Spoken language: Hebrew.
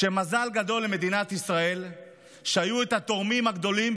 מזל גדול למדינת ישראל שהיו התורמים הגדולים,